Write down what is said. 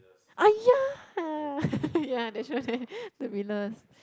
ah ya ya that show that the Millers